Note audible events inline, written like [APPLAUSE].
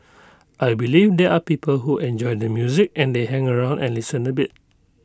[NOISE] I believe there are people who enjoy the music and they hang around and listen A bit